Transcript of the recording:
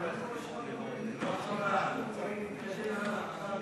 לא חבל, בואי נתקדם, חבל